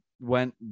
went